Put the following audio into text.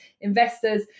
investors